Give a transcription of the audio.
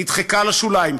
נדחקה לשוליים.